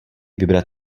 vybrat